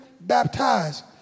baptized